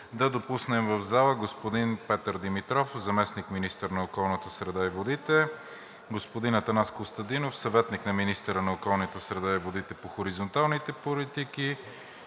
да допуснем в залата господин Петър Димитров – заместник-министър на околната среда и водите, господин Атанас Костадинов – съветник на министъра на околната среда и водите по хоризонталните политики,